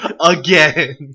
again